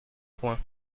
point